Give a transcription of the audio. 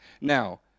Now